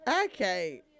Okay